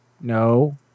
No